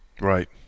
right